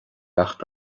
acht